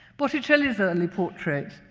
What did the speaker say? botticelli's early portrait,